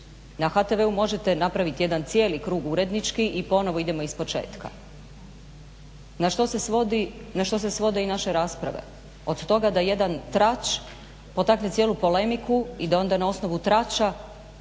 Na HTV-u možete napraviti jedan cijeli krug urednički i ponovo idemo iz početka. Na što se svode i naše rasprave? od toga da jedan trač potakne cijelu polemiku i da onda na osnovu trača